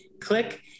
click